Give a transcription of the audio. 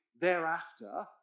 thereafter